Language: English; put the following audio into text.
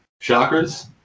chakras